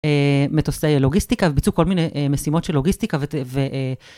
מטוסי הלוגיסטיקה וביצעו כל מיני משימות של לוגיסטיקה.